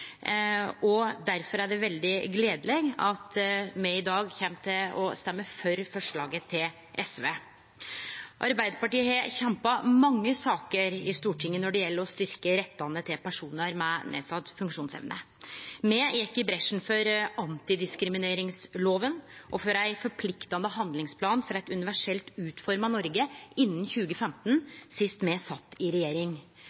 er det veldig gledeleg at me i dag kjem til å stemme for forslaget til SV. Arbeidarpartiet har kjempa mange saker i Stortinget når det gjeld å styrkje rettane til personar med nedsett funksjonsevne. Me gjekk i bresjen for antidiskrimineringsloven og for ein forpliktande handlingsplan for eit universelt utforma Noreg innan